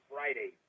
Friday